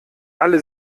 alle